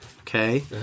okay